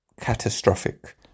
catastrophic